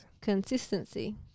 consistency